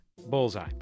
Bullseye